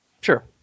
Sure